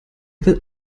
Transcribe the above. will